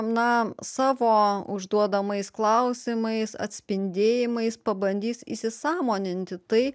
na savo užduodamais klausimais atspindėjimais pabandys įsisąmoninti tai